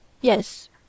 Yes